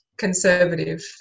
conservative